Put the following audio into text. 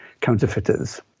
counterfeiters